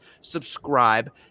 subscribe